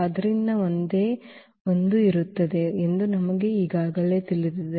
ಆದ್ದರಿಂದ ಒಂದೇ ಒಂದು ಇರುತ್ತದೆ ಎಂದು ನಮಗೆ ಈಗಾಗಲೇ ತಿಳಿದಿದೆ